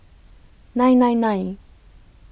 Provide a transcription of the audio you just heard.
nine nine nine